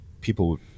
people